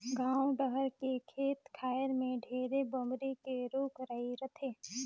गाँव डहर के खेत खायर में ढेरे बमरी के रूख राई रथे